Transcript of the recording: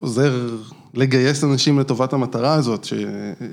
עוזר לגייס אנשים לטובת המטרה הזאת